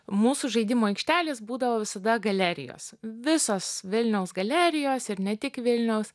mūsų žaidimų aikštelės būdavo visada galerijos visos vilniaus galerijos ir ne tik vilniaus